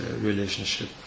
relationship